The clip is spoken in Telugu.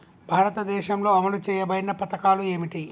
భారతదేశంలో అమలు చేయబడిన పథకాలు ఏమిటి?